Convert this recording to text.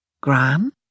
Gran